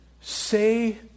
say